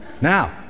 Now